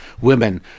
women